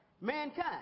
mankind